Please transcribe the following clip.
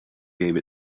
gave